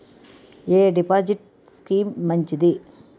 ఎ deposit scheme మంచిది?